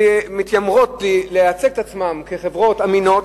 שמתיימרים להציג את עצמם כחברות אמינות,